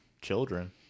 children